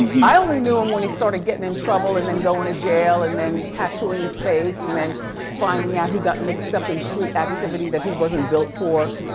i only knew him when he started getting in trouble and then going to jail and then tattooing his face and then finding out he got mixed up in street activity that he wasn't built for,